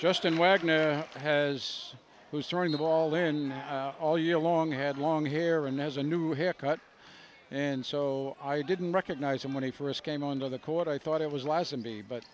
just in wagner has who's throwing the ball in all year long had long hair and has a new haircut and so i didn't recognize him when he first came onto the court i thought it was